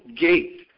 gate